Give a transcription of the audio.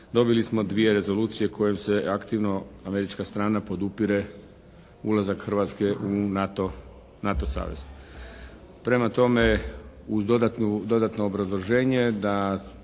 dobili smo dvije rezolucije kojom se aktivno američka strana podupire ulazak Hrvatske u NATO savez. Prema tome uz dodatno obrazloženje da